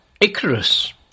Icarus